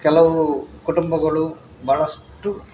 ಕೆಲವು ಕುಟುಂಬಗಳು ಬಹಳಷ್ಟು